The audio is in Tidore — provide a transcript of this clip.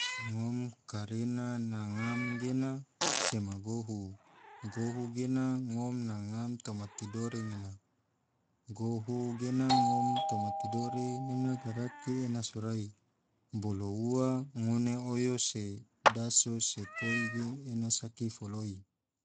Ngam kare na ngam gena sema gohu, gohu gena ngom na ngam toma tidore nena, gohu gena ngom toma tidore nena garaki ena sorai bolo ua ngone oyo daso se koi ge ena saki foloi.